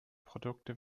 produkte